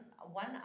one